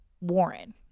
Warren